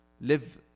live